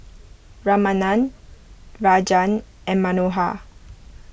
Ramanand Rajan and Manohar